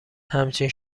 همچنین